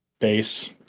base